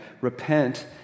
Repent